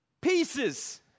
pieces